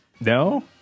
No